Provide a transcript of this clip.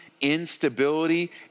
instability